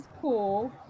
cool